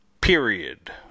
period